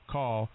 Call